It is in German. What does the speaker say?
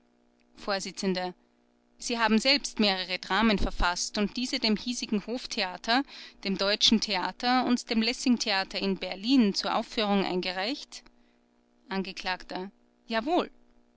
vors sie haben selbst mehrere dramen verfaßt und diese dem hiesigen hoftheater dem deutschen theater und dem lessing-theater in berlin zur aufführung eingereicht angekl jawohl